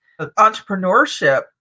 entrepreneurship